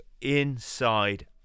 inside